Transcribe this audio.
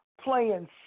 playing